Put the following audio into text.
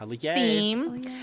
theme